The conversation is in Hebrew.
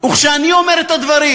וכשאני אומר את הדברים,